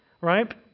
right